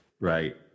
right